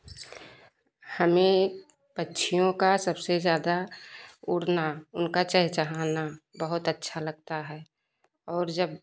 हमें पक्षियों का सबसे ज़्यादा उड़ना उनका चहचहाना बहुत अच्छा लगता है और जब